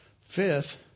Fifth